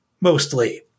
mostly